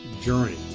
journey